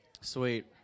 Sweet